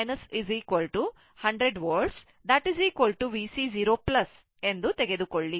ಆದ್ದರಿಂದ ಸ್ವಾಭಾವಿಕವಾಗಿ VC 0 100 Volt VC 0 ಎಂದು ತೆಗೆದುಕೊಳ್ಳಿ